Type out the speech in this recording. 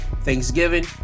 thanksgiving